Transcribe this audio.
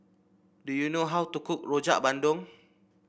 do you know how to cook Rojak Bandung